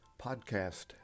podcast